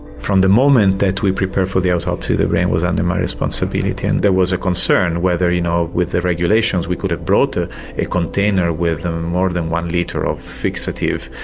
from the moment that we prepared for the autopsy the brain was under my responsibility and there was a concern whether you know with the regulations we could have brought ah a container with more than one litre of fixative,